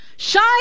Shine